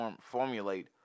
formulate